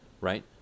right